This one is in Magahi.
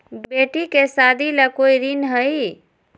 बेटी के सादी ला कोई ऋण हई?